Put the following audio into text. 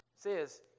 Says